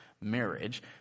marriage